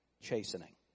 chastening